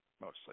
mostly